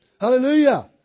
Hallelujah